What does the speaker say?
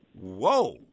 whoa